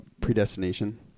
predestination